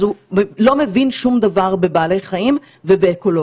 אז הוא לא מבין שום דבר בבעלי חיים ובאקולוגיה.